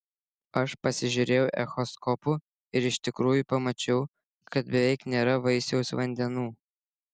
aš pasižiūrėjau echoskopu ir iš tikrųjų pamačiau kad beveik nėra vaisiaus vandenų